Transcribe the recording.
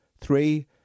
Three